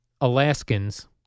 Alaskans